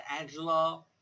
Angela